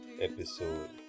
episode